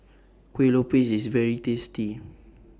Kuih Lopes IS very tasty